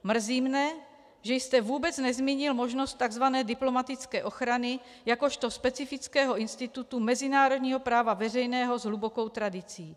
Mrzí mě, že jste vůbec nezmínil možnost takzvané diplomatické ochrany jakožto specifického institutu mezinárodního práva veřejného s hlubokou tradicí.